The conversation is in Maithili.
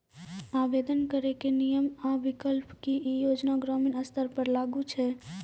आवेदन करैक नियम आ विकल्प? की ई योजना ग्रामीण स्तर पर लागू छै?